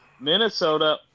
Minnesota